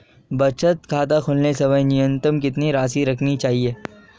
बचत खाता खोलते समय न्यूनतम कितनी राशि रखनी चाहिए?